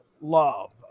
love